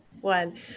One